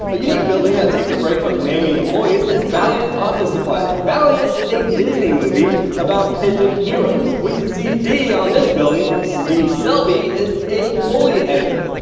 a unique building that takes a break from naming employees is valiant office supplies. valiant is a disney movie about pigeon heroes, we can see d on this building, dee selby is a foley editor.